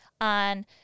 on